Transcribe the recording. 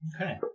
Okay